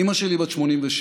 אימא שלי, בת 86,